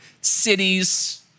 cities